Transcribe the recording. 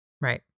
Right